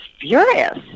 furious